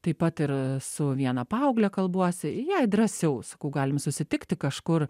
taip pat ir su viena paaugle kalbuosi jai drąsiau sakau galim susitikti kažkur